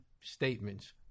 statements